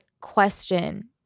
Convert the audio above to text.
question